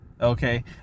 okay